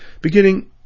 beginning